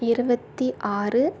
இருபத்தி ஆறு